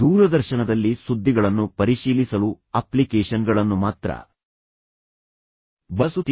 ದೂರದರ್ಶನದಲ್ಲಿ ಸುದ್ದಿಗಳನ್ನು ಪರಿಶೀಲಿಸಲು ಅಪ್ಲಿಕೇಶನ್ಗಳನ್ನು ಮಾತ್ರ ಬಳಸುತ್ತೀರಿ